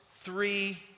three